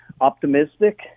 optimistic